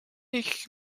ich